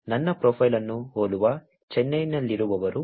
ನನ್ನ ಪ್ರೊಫೈಲ್ ಅನ್ನು ಹೋಲುವ ಚೆನ್ನೈನಲ್ಲಿರುವವರು